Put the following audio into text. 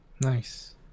Nice